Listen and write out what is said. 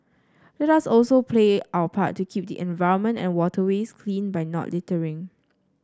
let us also play our part to keep the environment and waterways clean by not littering